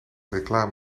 reclame